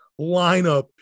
lineup